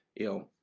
you know,